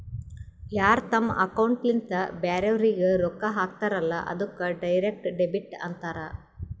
ಯಾರ್ ತಮ್ ಅಕೌಂಟ್ಲಿಂತ್ ಬ್ಯಾರೆವ್ರಿಗ್ ರೊಕ್ಕಾ ಹಾಕ್ತಾರಲ್ಲ ಅದ್ದುಕ್ ಡೈರೆಕ್ಟ್ ಡೆಬಿಟ್ ಅಂತಾರ್